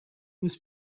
was